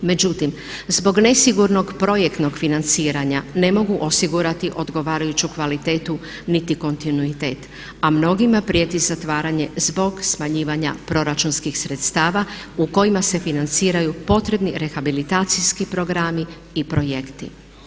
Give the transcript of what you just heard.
Međutim, zbog nesigurnog projektnog financiranja ne mogu osigurati odgovarajuću kvalitetu niti kontinuitet, a mnogima prijeti zatvaranje zbog smanjivanja proračunskih sredstava u kojima se financiraju potrebni rehabilitacijski programi i projekti.